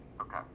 Okay